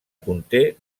conté